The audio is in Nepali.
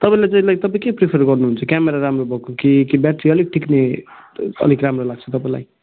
तपाईँलाई चाहिँ लाइक तपाईँ के प्रिफर गर्नुहुन्छ क्यामरा राम्रो भएको कि कि ब्याट्री अलिक टिक्ने अलिक राम्रो लाग्छ तपाईँलाई